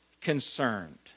concerned